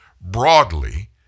broadly